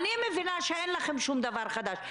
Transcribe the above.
אני מבינה שאין לכם שום דבר חדש,